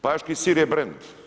Paški sir je brand.